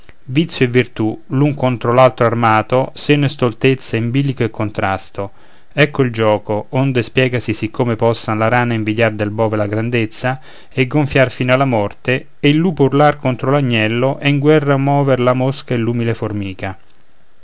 vizio e virtù l'un contro l'altra armato senno e stoltezza in bilico e contrasto ecco il gioco onde spiegasi siccome possa la rana invidiar del bove la grandezza e gonfiar fino alla morte e il lupo urlar contro l'agnello e in guerra mover la mosca e l'umile formica